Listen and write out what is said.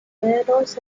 obreros